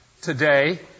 today